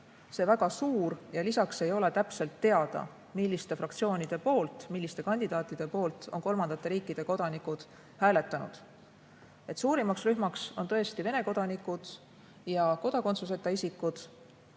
see väga suur ja lisaks ei ole täpselt teada, milliste fraktsioonide poolt, milliste kandidaatide poolt on kolmandate riikide kodanikud hääletanud. Suurimaks rühmaks on tõesti Venemaa kodanikud ja kodakondsuseta isikud.